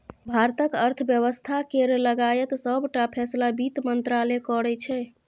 भारतक अर्थ बेबस्था केर लगाएत सबटा फैसला बित्त मंत्रालय करै छै